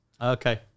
Okay